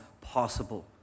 possible